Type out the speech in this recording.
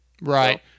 Right